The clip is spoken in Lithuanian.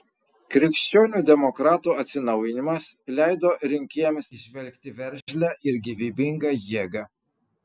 krikščionių demokratų atsinaujinimas leido rinkėjams įžvelgti veržlią ir gyvybingą jėgą